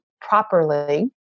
properly